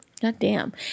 Goddamn